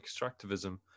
extractivism